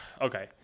okay